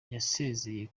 yasezeye